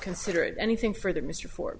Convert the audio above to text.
consider it anything further mr for